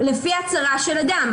לפי ההצהרה של אדם.